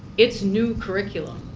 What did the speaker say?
it's new curriculum.